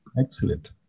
Excellent